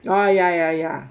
oh ya ya ya